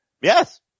Yes